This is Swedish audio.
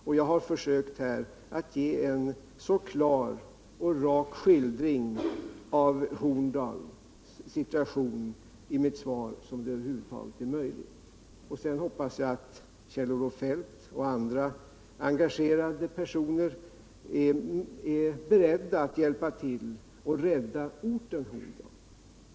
Och jag har här i mitt svar försökt ge en så klar och rak skildring av Horndals situation som över huvud taget är möjlig. Sedan hoppas jag att Kjell-Olof Feldt och andra engagerade personer är beredda att hjälpa till och rädda orten Horndal.